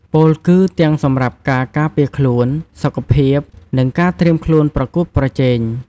ពោលគឺទាំងសម្រាប់ការការពារខ្លួន សុខភាព និងការត្រៀមខ្លួនប្រកួតប្រជែង។